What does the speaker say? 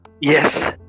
Yes